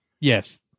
Yes